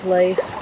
life